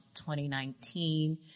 2019